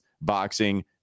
boxing